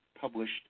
published